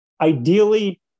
ideally